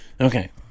Okay